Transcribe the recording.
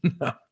No